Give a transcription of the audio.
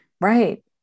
Right